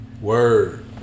Word